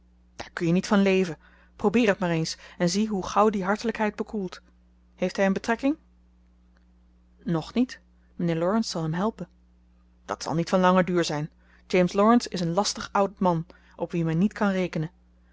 kun je niet van leven probeer het maar eens en zie hoe gauw die hartelijkheid bekoelt heeft hij een betrekking nog niet mijnheer laurence zal hem helpen dat zal niet van langen duur zijn james laurence is een lastig oud man op wien men niet kan rekenen